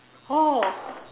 oh